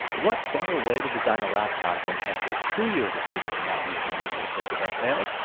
what better way to design a laptop then after two years of figuring out we've been using a circuit that fails,